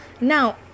Now